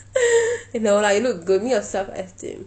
you know like you look good need your self-esteem